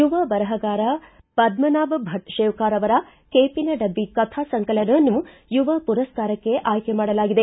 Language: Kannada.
ಯುವ ಬರಹಗಾರ ಪದ್ದನಾಭ ಭಟ್ ಶೇವಾರ್ ಅವರ ಕೇಪಿನ ಡಬ್ಬಿ ಕಥಾ ಸಂಕಲನವನ್ನು ಯುವ ಪುರಸ್ಕಾರಕ್ಕೆ ಆಯ್ಕೆ ಮಾಡಲಾಗಿದೆ